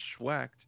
schwacked